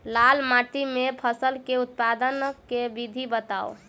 लाल माटि मे फसल केँ उत्पादन केँ विधि बताऊ?